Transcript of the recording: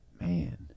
man